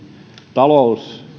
talous